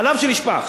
חלב שנשפך.